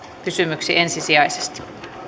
kysymyksiin ensisijaisesti